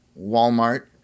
Walmart